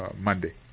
Monday